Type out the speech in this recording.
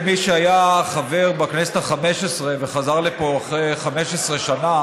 כמי שהיה חבר בכנסת החמש-עשרה וחזר לפה אחרי 15 שנה,